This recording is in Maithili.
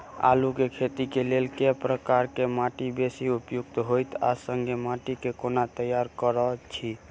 आलु केँ खेती केँ लेल केँ प्रकार केँ माटि बेसी उपयुक्त होइत आ संगे माटि केँ कोना तैयार करऽ छी?